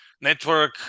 network